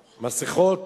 מסכות.